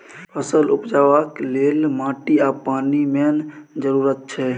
फसल उपजेबाक लेल माटि आ पानि मेन जरुरत छै